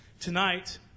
Tonight